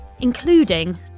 including